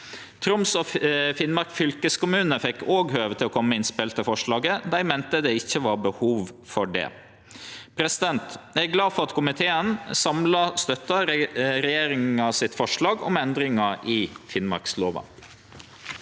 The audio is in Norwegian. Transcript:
Troms og Finnmark fylkeskommune fekk òg høve til å kome med innspel til forslaget. Dei meinte det ikkje var behov for det. Eg er glad for at komiteen samla støttar regjeringa sitt forslag om endringar i Finnmarkslova.